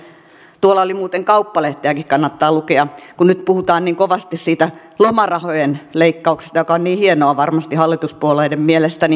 kauppalehteäkin kannattaa muuten lukea kun nyt puhutaan niin kovasti siitä lomarahojen leikkauksesta joka on niin hienoa varmasti hallituspuolueiden mielestä